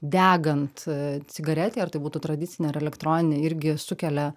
degant a cigaretei ar tai būtų tradicinė ir elektroninė irgi sukelia